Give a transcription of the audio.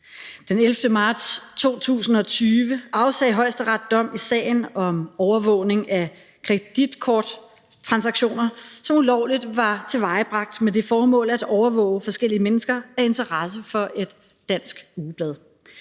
Den 11. marts 2020 afsagde Højesteret dom i sagen om overvågning af kreditkorttransaktioner, som ulovligt var tilvejebragt med det formål at overvåge forskellige mennesker af interesse for et dansk ugeblad.